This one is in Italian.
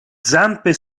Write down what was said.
zampe